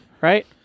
Right